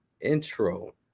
intro